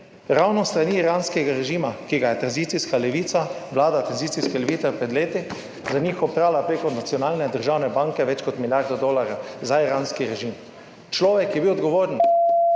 Ravno s strani iranskega režima, za katerega je tranzicijska levica, vlada tranzicijske levice pred leti oprala preko nacionalne državne banke več kot milijardo dolarjev, za iranski režim. Človek, ki je bil odgovoren,